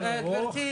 במרכאות,